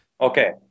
Okay